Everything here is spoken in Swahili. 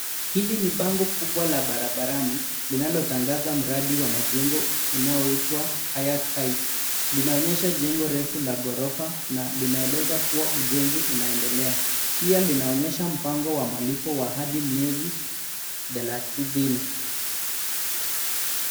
Hili ni bango kubwa la barabarani linalotangaza mradi wa majengo unaoitwa Hayat Heights. Linaonyesha jengo refu la ghorofa na linaeleza kuwa ujenzi unaendelea. Pia linaonyesha mpango wa malipo wa hadi miezi 30.